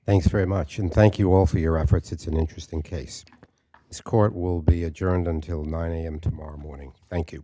thanks very much and thank you all for your efforts it's an interesting case this court will be adjourned until nine am tomorrow morning thank you